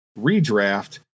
redraft